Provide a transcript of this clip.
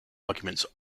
arguments